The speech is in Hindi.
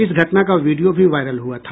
इस घटना का वीडियो भी वायरल हुआ था